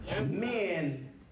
Men